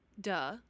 Duh